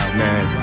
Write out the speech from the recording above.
man